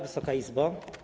Wysoka Izbo!